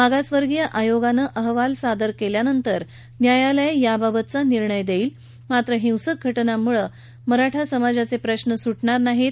मागासवर्गीय आयोगानं अहवाल सादर केल्यानंतर न्यायालय याबाबतचा निर्णय देईल मात्र हिंसक घटनांमुळे मराठा समाजाचे प्रश्न सुटणार नाहीत